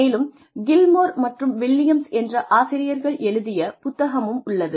மேலும் கில்மோர் மற்றும் வில்லியம்ஸ் என்ற ஆசிரியர்கள் எழுதிய புத்தகமும் உள்ளது